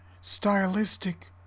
stylistic